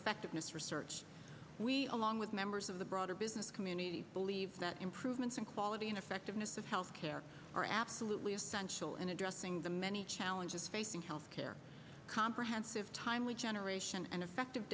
effectiveness research we along with members of the broader business community believe that improvements in quality and effectiveness of health care are absolutely essential in addressing the many challenges facing health care comprehensive timely generation and effective